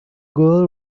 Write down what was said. girl